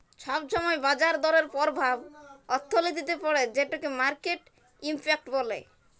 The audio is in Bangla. ছব ছময় বাজার দরের পরভাব অথ্থলিতিতে পড়ে যেটকে মার্কেট ইম্প্যাক্ট ব্যলে